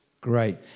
Great